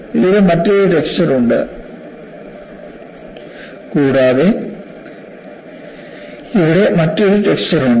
ഇതിന് മറ്റൊരു ടെക്സ്ചർ ഉണ്ട്കൂടാതെ ഇവിടെ മറ്റൊരു ടെക്സ്ചർ ഉണ്ട്